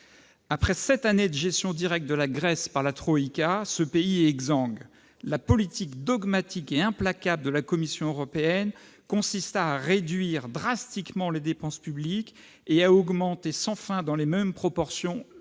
Après sept années de gestion directe de la Grèce par la troïka, ce pays est exsangue. La politique dogmatique et implacable de la Commission européenne a consisté à réduire drastiquement les dépenses publiques et à augmenter sans fin, dans les mêmes proportions, la